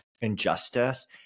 injustice